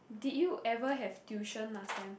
did you ever have tuition last time